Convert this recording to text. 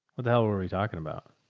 what the hell are we talking about?